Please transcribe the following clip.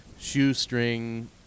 Shoestring